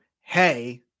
hey